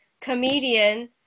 comedian